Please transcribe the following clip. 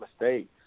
mistakes